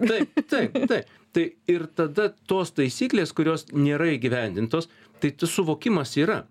taip taip taip tai ir tada tos taisyklės kurios nėra įgyvendintos tai tas suvokimas yra